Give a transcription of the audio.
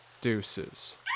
Deuces